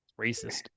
racist